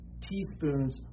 teaspoons